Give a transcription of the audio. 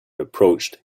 approached